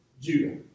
Judah